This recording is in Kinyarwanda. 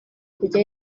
kujya